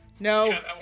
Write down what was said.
No